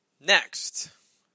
Next